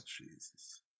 jesus